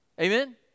Amen